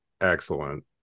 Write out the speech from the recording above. excellent